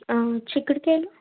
చిక్కుడుకాయలు